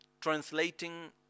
translating